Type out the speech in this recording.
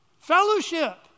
fellowship